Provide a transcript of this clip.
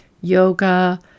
yoga